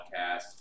podcast